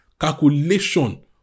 calculation